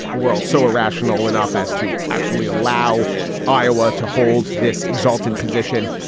a world so irrational enough as to actually allow iowa to hold this exalted position,